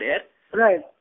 right